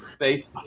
Facebook